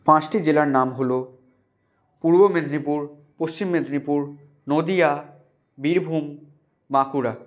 পাঁশটি জেলার নাম হলো পূর্ব মেদিনীপুর পশ্চিম মেদিনীপুর নদীয়া বীরভূম বাঁকুড়া